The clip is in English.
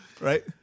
right